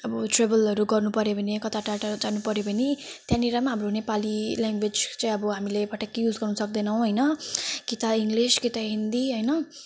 अब ट्र्याभलहरू गर्नुपऱ्यो भने कता टाढा टाढा जानुपऱ्यो भने त्यहाँनिर पनि हाम्रो नेपाली ल्याङ्ग्वेज चाहिँ अब हामीले पटक्कै युज गर्नु सक्दैनौँ हैन कि ता इङ्लिस कि त हिन्दी हैन